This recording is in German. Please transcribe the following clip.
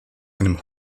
einem